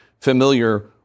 familiar